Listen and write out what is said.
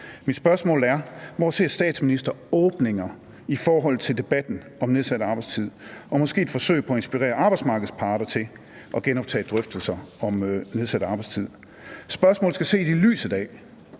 Hvor ser statsministeren åbninger i forhold til debatten om nedsat arbejdstid og måske et forsøg på at inspirere arbejdsmarkedets parter til at genoptage drøftelser om nedsat arbejdstid? Spørgsmålet skal ses i lyset af,